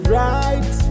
right